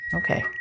Okay